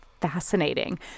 fascinating